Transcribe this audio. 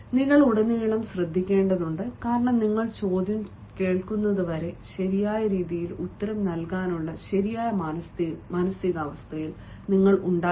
നിങ്ങൾ ഉടനീളം ശ്രദ്ധിക്കേണ്ടതുണ്ട് കാരണം നിങ്ങൾ ചോദ്യം കേൾക്കുന്നതുവരെ ശരിയായ രീതിയിൽ ഉത്തരം നൽകാനുള്ള ശരിയായ മാനസികാവസ്ഥയിൽ നിങ്ങൾ ഉണ്ടാകില്ല